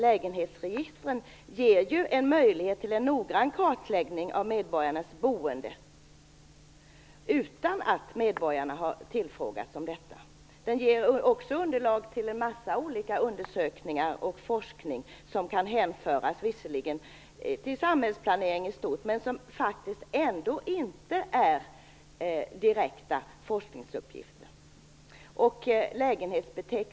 Lägenhetsregistret ger en möjlighet till en noggrann kartläggning av medborgarnas boende utan att medborgarna har tillfrågats om detta. Det ger också underlag till olika undersökningar och forskning som visserligen kan hänföras till samhällsplanering i stort men som faktiskt ändå inte är direkta forskningsuppgifter.